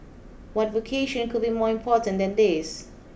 what vocation could be more important than this